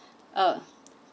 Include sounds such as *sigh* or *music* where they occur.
*breath* uh